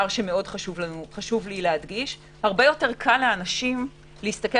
חשוב לי להדגיש הרבה יותר קל לאנשים להסתכל